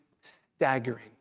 staggering